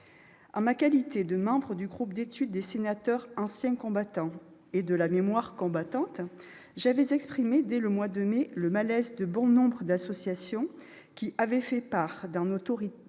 En ma qualité de membre du groupe d'études des sénateurs anciens combattants et de la mémoire combattante, j'avais exprimé dès le mois de mai le malaise de bon nombre d'associations qui avaient fait part, dans nos